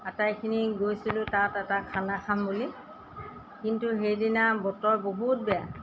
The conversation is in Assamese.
আটাইখিনি গৈছিলোঁ তাত এটা খানা খাম বুলি কিন্তু সেইদিনা বতৰ বহুত বেয়া